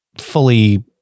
fully